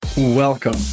Welcome